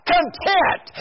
Content